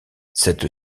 cette